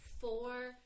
four